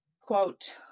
quote